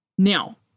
Now